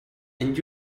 and